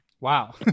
Wow